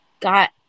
got